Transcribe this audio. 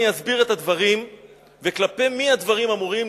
אני אסביר את הדברים וכלפי מי הדברים אמורים.